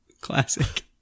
Classic